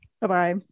Bye-bye